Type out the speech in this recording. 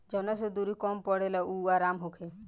जवना से दुरी कम पड़े अउर आराम होखे